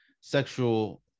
sexual